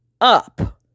up